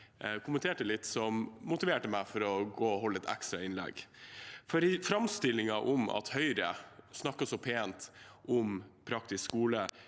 kommenterte litt, noe som motiverte meg til å gå opp og holde et ekstra innlegg. Framstillingen om at Høyre snakker så pent om praktisk skole,